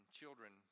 children